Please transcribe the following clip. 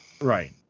right